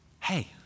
hey